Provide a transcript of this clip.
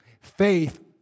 Faith